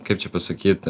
kaip čia pasakyt